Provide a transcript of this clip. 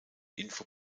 info